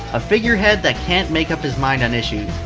a figurehead that can't make up his mind on issues.